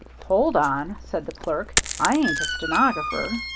hold on, said the clerk, i ain't a stenographer.